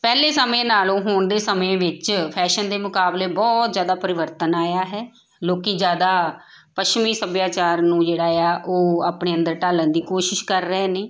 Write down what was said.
ਪਹਿਲੇ ਸਮੇਂ ਨਾਲੋਂ ਹੁਣ ਦੇ ਸਮੇਂ ਵਿੱਚ ਫੈਸ਼ਨ ਦੇ ਮੁਕਾਬਲੇ ਬਹੁਤ ਜ਼ਿਆਦਾ ਪਰਿਵਰਤਨ ਆਇਆ ਹੈ ਲੋਕ ਜ਼ਿਆਦਾ ਪੱਛਮੀ ਸੱਭਿਆਚਾਰ ਨੂੰ ਜਿਹੜਾ ਆ ਉਹ ਆਪਣੇ ਅੰਦਰ ਢਾਲਣ ਦੀ ਕੋਸ਼ਿਸ਼ ਕਰ ਰਹੇ ਨੇ